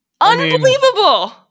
Unbelievable